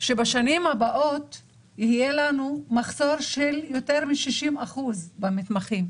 בשנים הבאות יהיה לנו מחסור של יותר מ-60% במתמחים.